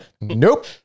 Nope